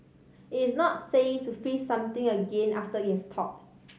it is not safe to freeze something again after it has thawed